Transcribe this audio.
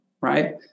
right